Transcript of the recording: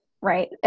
right